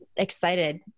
Excited